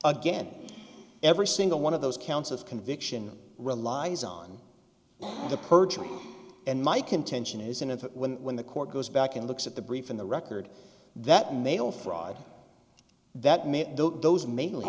again every single one of those counts of conviction relies on the perjury and my contention is and when the court goes back and looks at the brief in the record that mail fraud that made those mainly